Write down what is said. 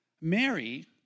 Mary